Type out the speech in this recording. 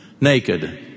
Naked